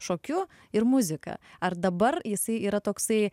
šokiu ir muzika ar dabar jisai yra toksai